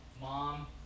mom